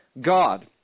God